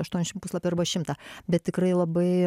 aštuoniašimt puslapių arba šimtą bet tikrai labai